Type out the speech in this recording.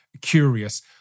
curious